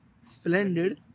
Splendid